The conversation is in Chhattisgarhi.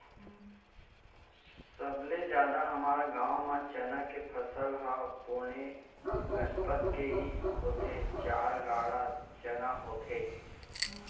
सबले जादा हमर गांव म चना के फसल ह बने गनपत के ही होथे चार गाड़ा चना होथे